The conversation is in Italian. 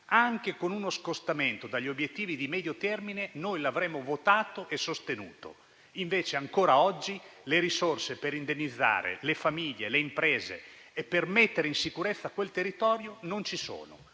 anche con uno scostamento dagli obiettivi di medio termine, noi lo avremmo votato e sostenuto. Invece ancora oggi le risorse per indennizzare le famiglie e le imprese e per mettere in sicurezza quel territorio non ci sono.